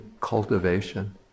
cultivation